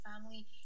family